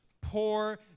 poor